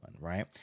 right